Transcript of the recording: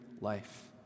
life